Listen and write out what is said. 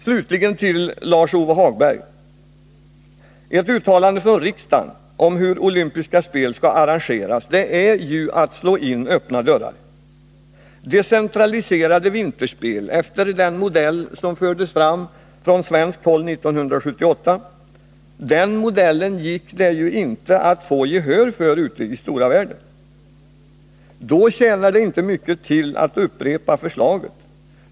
Slutligen vill jag säga till Lars-Ove Hagberg: Ett uttalande från riksdagen om hur olympiska spel skall arrangeras är ju att slå in öppna dörrar. Decentraliserade vinterspel efter den modell som fördes fram från svenskt håll 1978 gick det ju inte att få gehör för ute i stora världen. Då tjänar det inte mycket till att upprepa förslaget.